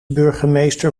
burgemeester